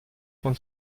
von